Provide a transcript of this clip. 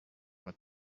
what